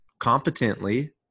Competently